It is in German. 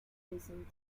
riesen